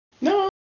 No